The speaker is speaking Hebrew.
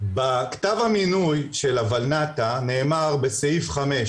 בכתב המינוי של הולנת"ע נאמר בסעיף 5-